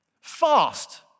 fast